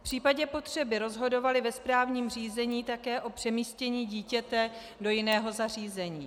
V případě potřeby rozhodovaly ve správním řízení také o přemístění dítěte do jiného zařízení.